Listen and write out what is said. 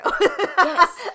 Yes